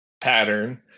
Pattern